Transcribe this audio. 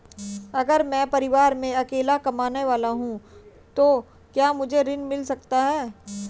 अगर मैं परिवार में अकेला कमाने वाला हूँ तो क्या मुझे ऋण मिल सकता है?